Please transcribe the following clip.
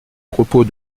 propos